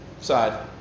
side